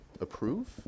Approve